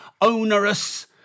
onerous